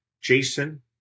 Jason